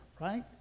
right